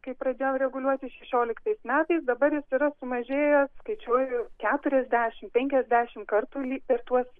kai pradėjo reguliuoti šešioliktais metais dabar jis yra sumažėjęs skaičiuoju keturiasdešimt penkiasdešimt kartų lyg per tuos